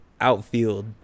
outfield